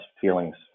feelings